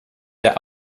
der